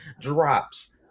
drops